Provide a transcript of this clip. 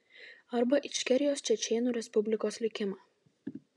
arba ičkerijos čečėnų respublikos likimą